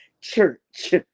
church